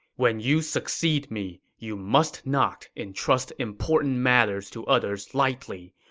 when you succeed me, you must not entrust important matters to others lightly,